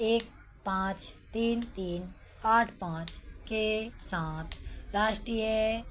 एक पाँच तीन तीन आठ पाँच के साथ राष्ट्रीय